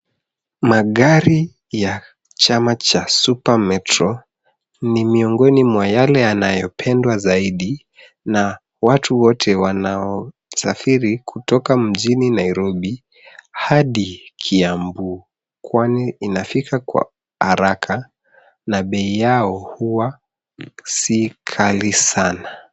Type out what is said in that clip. Magari ya chama cha Supermetro ni miongoni ya yale yanayopendwa zaidi na watu wote wanaosafiri kutoka mjini Nairobi hadi Kiambu kwani inafika kwa haraka na bei yao huwa si ghali sana.